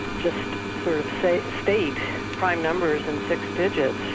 just sort of state state prime numbers in six digits